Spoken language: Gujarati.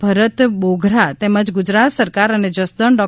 ભરત બોઘરા તેમજ ગુજરાત સરકાર અને જસદણ ડૉ